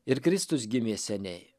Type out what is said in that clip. ir kristus gimė seniai